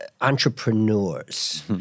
entrepreneurs